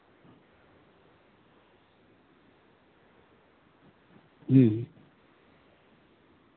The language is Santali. ᱦᱩᱸ